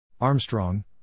Armstrong